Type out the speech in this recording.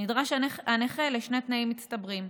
נדרש הנכה לשני תנאים מצטברים: